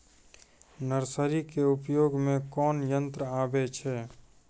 Nursery के उपयोग मे कोन यंत्र आबै छै?